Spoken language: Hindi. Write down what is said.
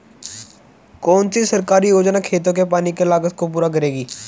कौन सी सरकारी योजना खेतों के पानी की लागत को पूरा करेगी?